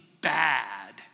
bad